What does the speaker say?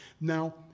Now